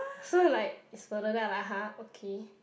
so like it's further then I like !huh! okay